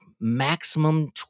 maximum